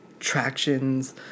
attractions